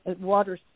water